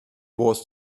was